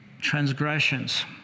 transgressions